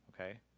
Okay